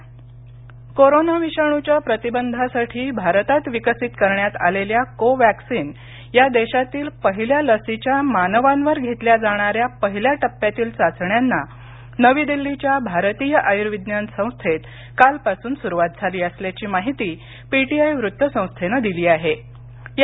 corona लस corona विषाणूच्या प्रतिबंधासाठी भारतात विकसित करण्यात आलेल्या कोवॅक्सिन या देशातील पहिल्या लसीच्या मानवांवर घेतल्या जाणाऱ्या पहिल्या टप्प्यातील चाचण्यांना नवी दिल्लीच्या भारतीय आयुर्विज्ञान संस्थेत काल पासून सुरुवात झाली असल्याची माहिती पीटीआय वृत्तसंस्थेनं दिली आहेया